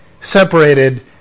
separated